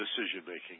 decision-making